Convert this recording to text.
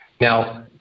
Now